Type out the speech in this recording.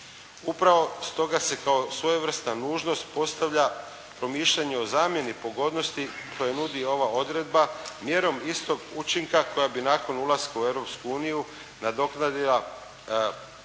Upravo stoga se kao svojevrsna nužnost postavlja promišljanje o zamjeni pogodnosti koje nudi ova odredba, mjerom istog učinka koja bi nakon ulaska u Europsku uniju nadoknadila poticajne